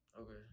Okay